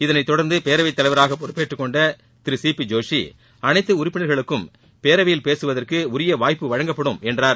இதனைத்தொடர்ந்து பேரவைத்தலைவராக பொறுப்பேற்றுக்கொண்ட திரு சி பி ஜோஷி அனைத்து உறுப்பினர்களுக்கும் பேரவையில் பேசுவதற்கு உரிய வாய்கப்பு வழங்கப்படும் என்றார்